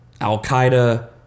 Al-Qaeda